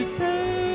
say